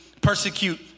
persecute